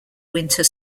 winter